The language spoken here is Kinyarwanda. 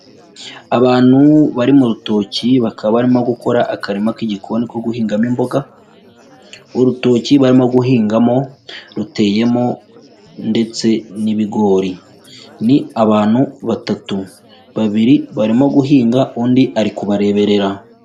Abantu bari mu rutoki bakaba barimo gukora akarima k'igikoni ko guhingamo imboga, urutoki barimo guhingamo ruteyemo ndetse n'ibigori, ni abantu batatu. Babiri barimo guhinga, undi ari kubareberera.